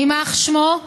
יימח שמו,